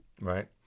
Right